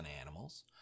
animals